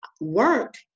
work